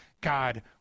God